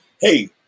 Hey